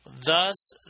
Thus